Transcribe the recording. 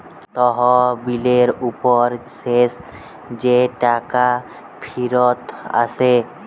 তহবিলের উপর শেষ যে টাকা ফিরত আসে